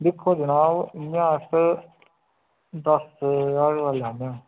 दिक्खो जनाब इयां अस दस ज्हार रपेआ लैन्ने